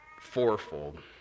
fourfold